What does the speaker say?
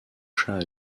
chat